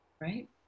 right